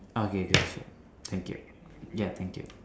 okay K K sure thank you ya thank you